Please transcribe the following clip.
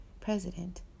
President